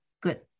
good